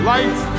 Life